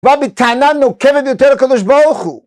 בא בטענה נוקבת ביותר לקדוש ברוך הוא